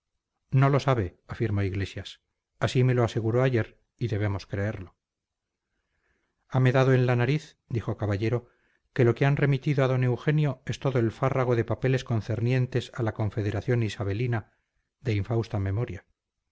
no lo sabe afirmó iglesias así me lo aseguró ayer y debemos creerlo hame dado en la nariz dijo caballero que lo que han remitido a d eugenio es todo el fárrago de papeles concernientes a la confederación isabelina de infausta memoria